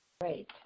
Great